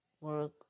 work